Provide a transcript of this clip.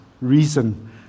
reason